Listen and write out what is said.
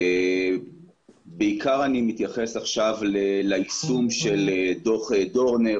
בעיקר אני מתייחס עכשיו ליישום של דוח דורנר.